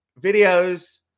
videos